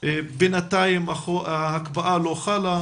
בינתיים ההקפאה לא חלה,